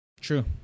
True